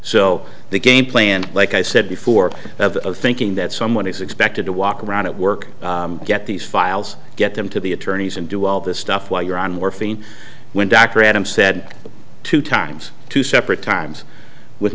so the game plan like i said before of thinking that someone is expected to walk around at work get these files get them to the attorneys and do all this stuff while you're on morphine when dr adams said two times two separate times with